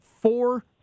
four